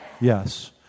Yes